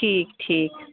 ٹھیٖک ٹھیٖک